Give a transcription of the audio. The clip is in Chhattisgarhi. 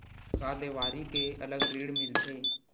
का देवारी के अलग ऋण मिलथे?